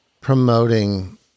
promoting